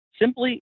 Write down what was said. simply